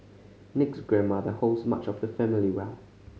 Nick's grandmother holds much of the family wealth